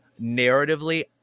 Narratively